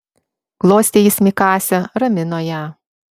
glostė jis mikasę ramino ją